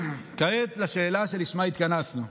כעת לשאלה שלשמה התכנסנו.